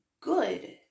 good